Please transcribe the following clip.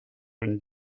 une